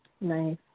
Nice